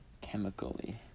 Chemically